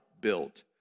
built